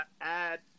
add